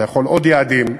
אפשר לעוד יעדים,